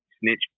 Snitch